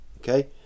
okay